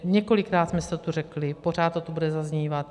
Několikrát jsme si to tu řekli, pořád to tu bude zaznívat.